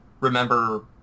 remember